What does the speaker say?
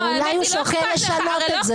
האמת היא שהרי לא אכפת לך מנשים.